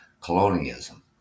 colonialism